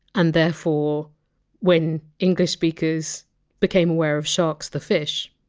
and therefore when english speakers became aware of sharks, the fish,